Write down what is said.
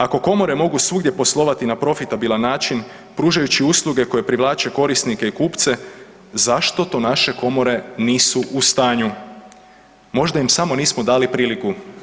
Ako komore mogu svugdje poslovati na profitabilan način pružajući usluge koje privlače korisnike i kupce zašto to naše komore nisu u stanju, možda im samo nismo dali priliku?